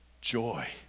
joy